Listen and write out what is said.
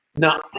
No